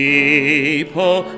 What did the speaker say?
People